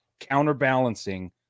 counterbalancing